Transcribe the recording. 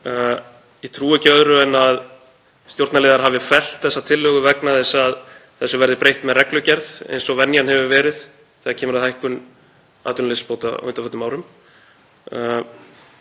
Ég trúi ekki öðru en að stjórnarliðar hafi fellt þessa tillögu vegna þess að þessu verði breytt með reglugerð eins og venjan hefur verið þegar hefur komið að hækkun atvinnuleysisbóta á undanförnum árum.